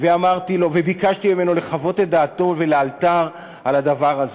ואמרתי לו וביקשתי ממנו לחוות את דעתו לאלתר על הדבר הזה.